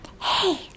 Hey